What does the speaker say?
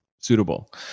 suitable